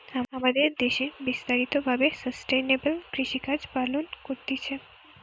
আমাদের দ্যাশে বিস্তারিত ভাবে সাস্টেইনেবল কৃষিকাজ পালন করতিছে